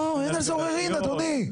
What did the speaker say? לא, אין על זה עוררין, אדוני.